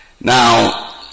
Now